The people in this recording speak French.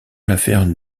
l’affaire